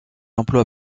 emploie